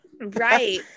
Right